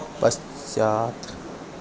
पश्चात्